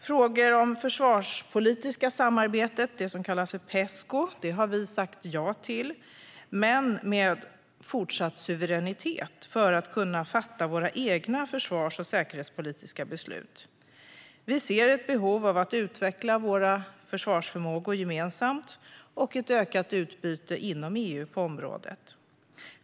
Frågor om det försvarspolitiska samarbetet, det som kallas Pesco, har vi sagt ja till - men med fortsatt suveränitet för att Sverige ska kunna fatta sina egna försvars och säkerhetspolitiska beslut. Vi ser ett behov av att utveckla våra försvarsförmågor gemensamt och av ett ökat utbyte inom EU på området.